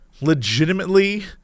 legitimately